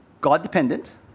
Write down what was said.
God-dependent